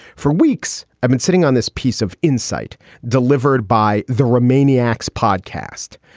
for weeks i've been sitting on this piece of insight delivered by the romine acts podcast.